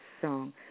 song